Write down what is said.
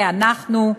ואנחנו.